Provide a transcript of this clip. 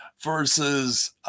Versus